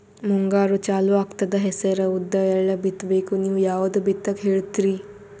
ಮುಂಗಾರು ಚಾಲು ಆಗ್ತದ ಹೆಸರ, ಉದ್ದ, ಎಳ್ಳ ಬಿತ್ತ ಬೇಕು ನೀವು ಯಾವದ ಬಿತ್ತಕ್ ಹೇಳತ್ತೀರಿ?